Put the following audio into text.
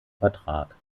vertrag